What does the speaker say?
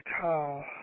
call